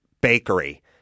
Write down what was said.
bakery